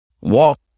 walk